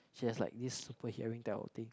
she has like this super hearing type of thing